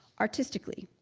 artistically.